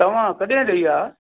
तव्हां कॾहिं ॾई विया हुआ